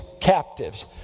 captives